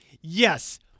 yes